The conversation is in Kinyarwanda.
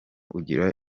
ugira